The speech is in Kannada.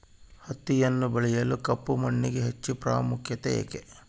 ಹತ್ತಿಯನ್ನು ಬೆಳೆಯಲು ಕಪ್ಪು ಮಣ್ಣಿಗೆ ಹೆಚ್ಚು ಪ್ರಾಮುಖ್ಯತೆ ಏಕೆ?